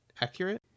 accurate